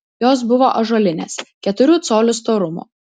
jos buvo ąžuolinės keturių colių storumo